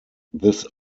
this